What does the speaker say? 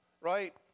right